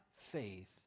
faith